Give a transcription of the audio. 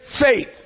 faith